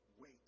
Wait